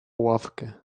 ławkę